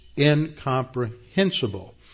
incomprehensible